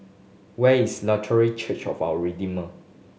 where is Luthery Church of Our Redeemer